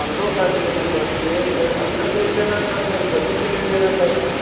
हम दो साइकिल लेना चाहते हैं एक अपने लिए लेना चाहते हैं एक बच्चे के लिए लेना चाहते हैं